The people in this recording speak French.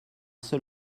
seul